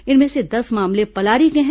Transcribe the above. इनमें से दस मामले पलारी के हैं